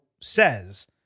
says